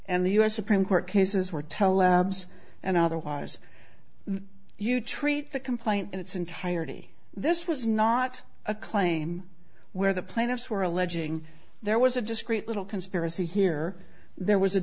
and the u s supreme court cases were tell labs and otherwise you treat the complaint in its entirety this was not a claim where the plaintiffs were alleging there was a discrete little conspiracy here there was a